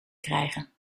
krijgen